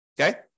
Okay